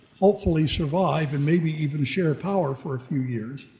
hopefully survive, and maybe even share power for a few years.